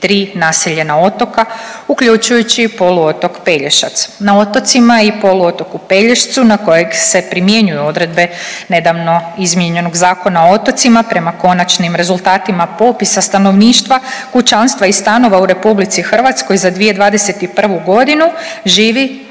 naseljena otoka uključujući i poluotok Pelješac. Na otocima i poluotoku Pelješcu na kojeg se primjenjuju odredbe nedavno izmijenjenog Zakona o otocima prema konačnim rezultatima popisa stanovništva, kućanstva i stanova u RH za 2021.g. živi